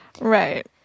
Right